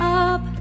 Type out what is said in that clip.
up